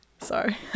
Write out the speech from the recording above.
sorry